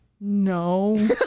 no